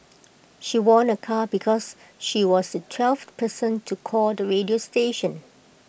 she won A car because she was the twelfth person to call the radio station